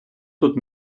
тут